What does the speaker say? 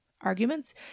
arguments